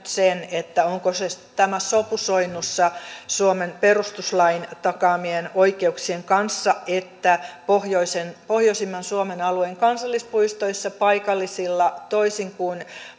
sen että onko tämä sopusoinnussa suomen perustuslain takaamien oikeuksien kanssa että pohjoisimman suomen alueen kansallispuistoissa paikallisilla toisin kuin